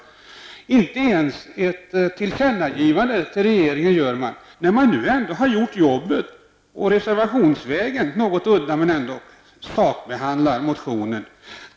Man gör inte ens ett tillkännagivande till regeringen när man ändå har utfört arbetet och reservationsvägen, vilket är något udda, ändock sakbehandlar motionen.